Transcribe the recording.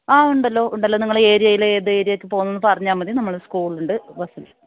ആ ഉണ്ടല്ലോ ഉണ്ടല്ലോ നിങ്ങൾ ഏരിയയിൽ ഏത് ഏരിയയിലേക്ക് പോകുന്നത് എന്ന് പറഞ്ഞാൽ മതി നമ്മൾ സ്കൂളുണ്ട് ബസിൽ